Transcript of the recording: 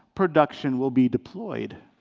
production will be deployed.